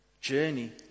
journey